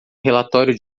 relatório